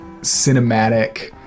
cinematic